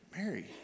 mary